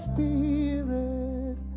Spirit